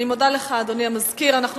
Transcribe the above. אני מודה לך, אדוני סגן מזכירת הכנסת.